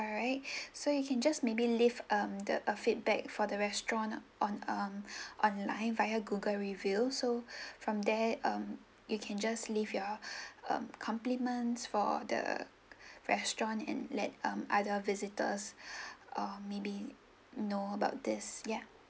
alright so you can just maybe leave um the a feedback for the restaurant on um online via google review so from there um you can just leave your um compliments for the restaurant and let um other visitors ah maybe know about this ya